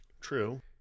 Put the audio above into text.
True